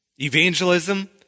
Evangelism